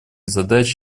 задач